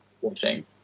watching